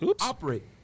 operate